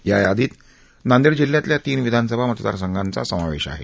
या यादीत नांदेड जिल्ह्यातल्या तीन विधानसभा मतदारसंघांचा समावेश आहे